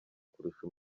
kurusha